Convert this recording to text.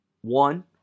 One